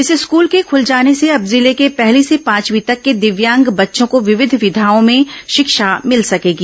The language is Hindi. इस स्कूल के खूल जाने से अब जिले के पहली से पांचवीं तक के दिव्यांग बच्चों को विविध विघाओं में शिक्षा मिल सकेगी